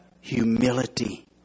humility